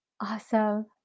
Awesome